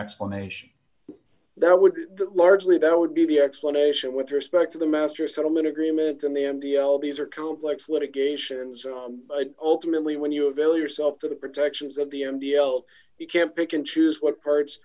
explanation that would largely that would be the explanation with respect to the master settlement agreement and the n d l these are complex litigation so ultimately when you avail yourself to the protections of the m t l you can't pick and choose what parts